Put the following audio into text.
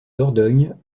dordogne